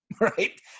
right